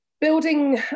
Building